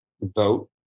vote